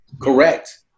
correct